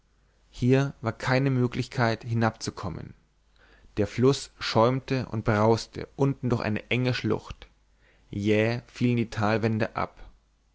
hier war keine möglichkeit hinabzukommen der fluß schäumte und brauste unten durch eine enge schlucht jäh fielen die talwände ab